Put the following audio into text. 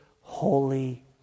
holy